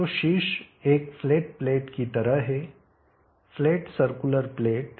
तो शीर्ष एक फ्लैट प्लेट की तरह है फ्लैट सर्कुलर प्लेट